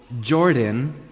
Jordan